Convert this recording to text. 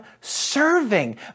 serving